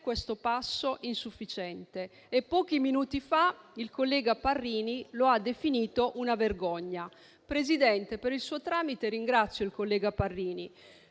questo passo e pochi minuti fa il collega Parrini lo ha definito una vergogna. Signora Presidente, per il suo tramite ringrazio il collega Parrini